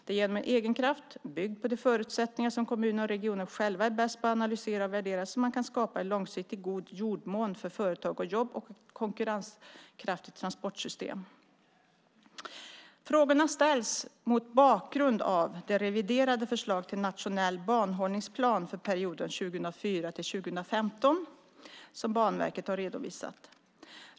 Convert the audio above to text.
Det är genom egen kraft, byggd på de förutsättningar som kommuner och regioner själva är bäst på att analysera och värdera, som man kan skapa en långsiktigt god jordmån för företag och jobb och ett konkurrenskraftigt transportsystem. Frågorna ställs mot bakgrund av det reviderade förslaget till nationell banhållningsplan för perioden 2004-2015 som Banverket har redovisat.